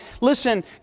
Listen